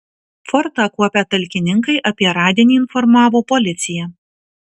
fortą kuopę talkininkai apie radinį informavo policiją